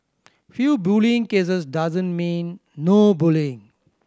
few bullying cases doesn't mean no bullying